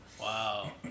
Wow